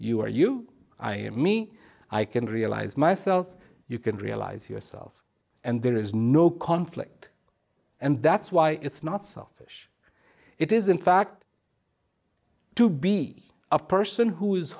you are you i me i can realize myself you can realize yourself and there is no conflict and that's why it's not selfish it is in fact to be a person who is